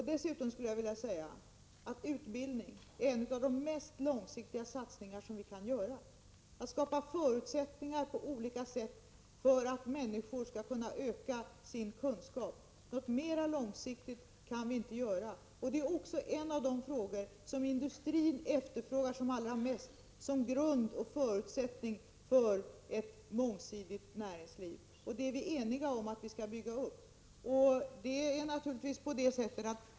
Dessutom skulle jag vilja säga att utbildning är en av de mest långsiktiga satsningar vi kan göra — att på olika sätt skapa förutsättningar för att människor skall kunna öka sin kunskap. Något mer långsiktigt kan vi inte göra. Utbildning är också något som industrin efterfrågar som allra mest som grund och förutsättning för ett mångsidigt näringsliv, vilket vi är eniga om att vi skall bygga upp.